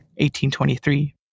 1823